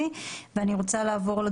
יש לי